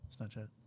Snapchat